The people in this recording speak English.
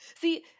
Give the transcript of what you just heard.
See